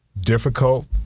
difficult